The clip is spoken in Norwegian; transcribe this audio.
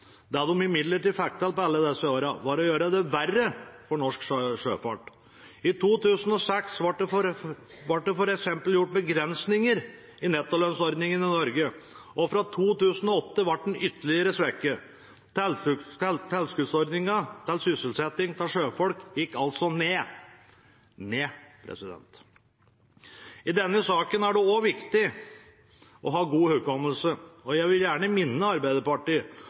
Det de imidlertid fikk til i løpet av alle disse årene, var å gjøre det verre for norsk sjøfart. I 2006 ble det f.eks. gjort begrensninger i nettolønnsordningen i Norge, og fra 2008 ble den ytterligere svekket. Tilskuddsordningen til sysselsetting av sjøfolk gikk altså ned – ned, president. I denne saken er det også viktig å ha god hukommelse, og jeg vil gjerne minne Arbeiderpartiet